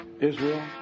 Israel